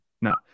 No